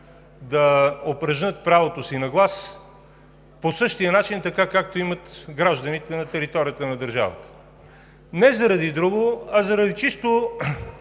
да упражнят правото си на глас по същия начин, така както имат гражданите на територията на държавата. Не заради друго, а заради чисто